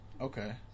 Okay